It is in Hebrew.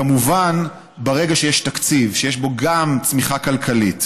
וכמובן, ברגע שיש תקציב שיש בו גם צמיחה כלכלית,